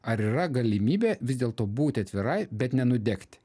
ar yra galimybė vis dėlto būti atvirai bet nenudegti